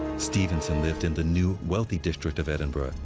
stevenson lived in the new, wealthy district of edinburgh,